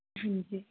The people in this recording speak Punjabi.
ਹਾਂਜੀ